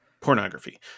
Pornography